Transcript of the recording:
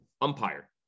umpire